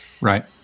right